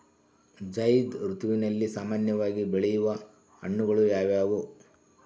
ಝೈಧ್ ಋತುವಿನಲ್ಲಿ ಸಾಮಾನ್ಯವಾಗಿ ಬೆಳೆಯುವ ಹಣ್ಣುಗಳು ಯಾವುವು?